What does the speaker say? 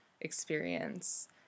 experience